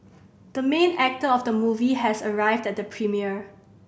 the main actor of the movie has arrived at the premiere